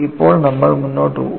ഇപ്പോൾ നമ്മൾ മുന്നോട്ട് പോകും